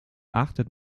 achtet